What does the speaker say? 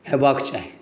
होयबाक चाही